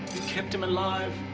kept him alive